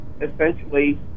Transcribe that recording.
essentially